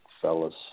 fellas